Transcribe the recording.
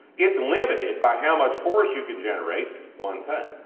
its limited by how much force you can generate one time.